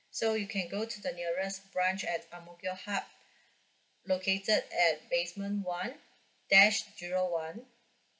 so you can go to the nearest branch at ang mo kio hub located at basement one dash zero one